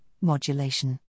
modulation